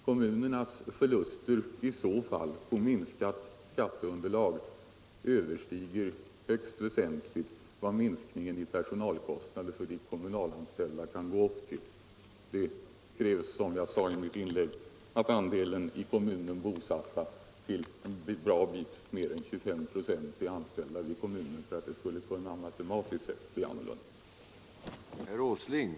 Kommunernas förluster i så fall på grund av minskat skatteunderlag överstiger högst väsentligt vad minskningen av personalkostnader för de kommunalanställda kan uppgå till. Det krävs, som jag sade i mitt tidigare inlägg, att en bra bit över 25 96 av i kommunen bosatta är anställda i kommunens tjänst för att det skall kunna bli, matematiskt sett, annorlunda.